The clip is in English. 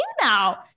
now